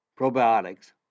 probiotics